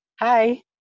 Hi